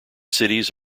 cities